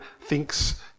thinks